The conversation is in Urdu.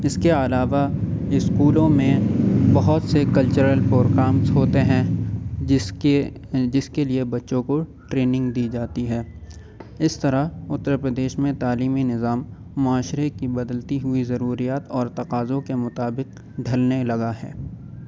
اس کے علاوہ اسکولوں میں بہت سے کلچرل پروگرامس ہوتے ہیں جس کے جس کے لیے بچوں کو ٹریننگ دی جاتی ہے اس طرح اتر پردیش میں تعلیمی نظام معاشرے کی بدلتی ہوئی ضروریات اور تقاضوں کے مطابق ڈھلنے لگا ہے